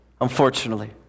unfortunately